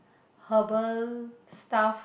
herbal stuff